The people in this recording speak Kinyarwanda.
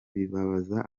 bibabaza